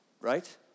Right